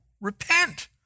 Repent